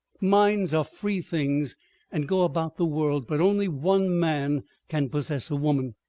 minds are free things and go about the world, but only one man can possess a woman.